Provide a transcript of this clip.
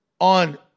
on